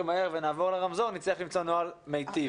מהר ונעבור ל"רמזור" נצטרך למצוא נוהל מיטיב.